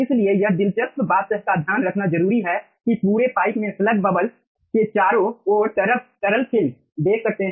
इसलिए यहां दिलचस्प बात का ध्यान रखना जरूरी है कि पूरे पाइप मेंस्लग बबल के चारों ओर तरल फिल्म देख सकते हैं